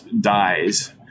dies